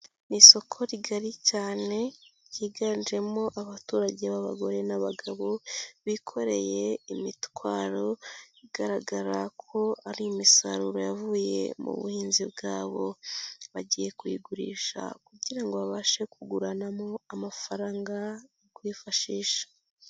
Ni isoko rigari cyane ryiganjemo abaturage b'abagore n'abagabo bikoreye imitwaro igaragara ko ari imisaruro yavuye mu buhinzi bwabo, bagiye kuyigurisha kugirango ngo babashe kuguranamo amafaranga yo kwifashisha.